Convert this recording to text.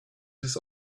his